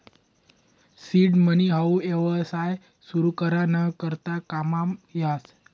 seed money हाऊ येवसाय सुरु करा ना करता काममा येस